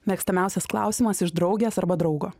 mėgstamiausias klausimas iš draugės arba draugo